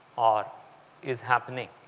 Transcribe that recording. or is happening